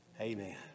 Amen